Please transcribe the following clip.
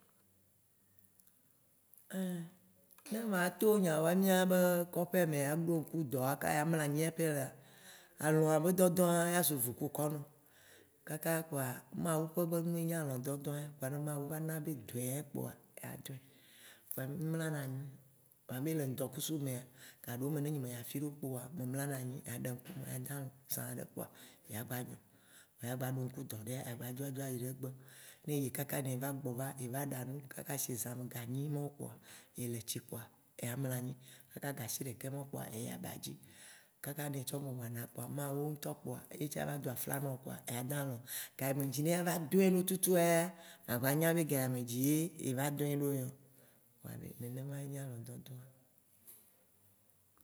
Ne mato nyawoa, miabe koƒea me ya ɖo ŋku dɔ kaka ya mlɔ anyi ya pɛ voa, alɔ̃a be dɔdɔ ye azu vu ku kɔ nɔ, kaka kpoa, Mawu ƒe nu ye nyi alɔ̃dɔdɔ ya kpoa ne Mawu va na be dɔ̃ɛ kpoa ya dɔ̃ɛ. Vɔa mì mlana anyi, vɔa mì le ŋdɔkusu mea, gaɖewome ne nye me yi afiɖekpo oa, me mlɔna aɖe ŋkume adã alɔ̃, zã ɖe kpoa, ya gba nyɔ, e ya gba ɖo ŋku dɔ ɖe kpoa agba dzo dzo ayi ɖe egbe. Ne eyi kaka ne eva gbɔ va, eva ɖa nu kaka sie zã me ga enyi mɔwo kpoa, ye letsi kpoa eya mla anyi. Kaka ga asiɖeke mɔwo kpoa eyi aba dzi. Kaka ye tsɔ mo ma ana kpoa Mawu ŋtɔ kpoa ye tsã la do afla nɔ kpoa eya dãlɔ. Ga yi me dzi ne ya va dɔ̃ɛ ɖo tuatua ya, magba nya be ga ya me dzie ye va dɔ̃ɛ ɖoa ya o. Kpoa nenema ye nyi alɔ̃dɔ̃dɔ̃a.